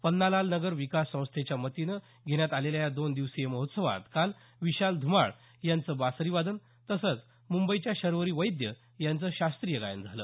पन्नालाल नगर विकास संस्थेच्या वतीनं घेण्यात आलेल्या या दोन दिवसीय महोत्सवात काल विशाल ध्माळ यांचं बासरीवादन तसंच मुंबईच्या शर्वरी वैद्य यांचं शास्त्रीय गायन झालं